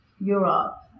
Europe